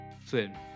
film